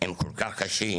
הם כל כך קשים,